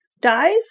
dies